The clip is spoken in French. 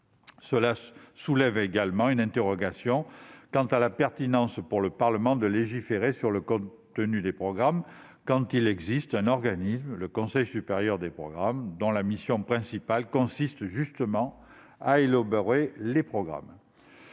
Cela soulève également une interrogation quant à la pertinence, pour le Parlement, de légiférer sur le contenu des programmes quand existe un organisme, le Conseil supérieur des programmes, dont la mission principale consiste justement à élaborer les programmes.